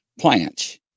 Planch